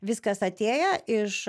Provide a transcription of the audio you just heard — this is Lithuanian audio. viskas atėję iš